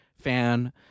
fan